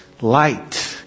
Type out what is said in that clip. light